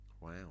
Wow